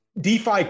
DeFi